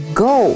go 。